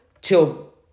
till